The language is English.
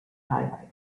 highlighted